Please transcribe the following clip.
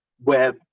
web